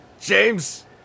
James